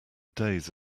days